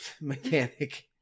mechanic